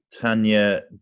tanya